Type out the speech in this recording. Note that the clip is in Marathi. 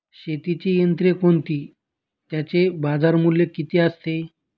शेतीची यंत्रे कोणती? त्याचे बाजारमूल्य किती असते?